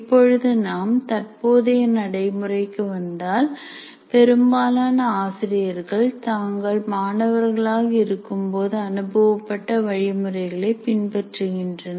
இப்பொழுது நாம் தற்போதைய நடைமுறைக்கு வந்தால் பெரும்பாலான ஆசிரியர்கள் தாங்கள் மாணவராக இருக்கும் போது அனுபவப்பட்ட வழி முறைகளைப் பின்பற்றுகின்றனர்